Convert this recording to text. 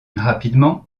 rapidement